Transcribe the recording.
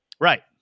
right